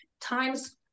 times